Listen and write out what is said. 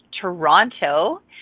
Toronto